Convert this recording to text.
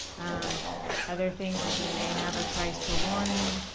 um other things is we may have a price per warning.